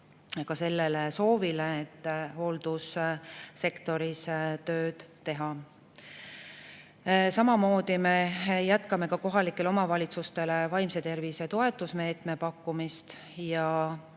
vastavad soovile hooldussektoris tööd teha. Samamoodi me jätkame ka kohalikele omavalitsustele vaimse tervise toetusmeetme pakkumist.